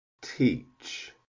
teach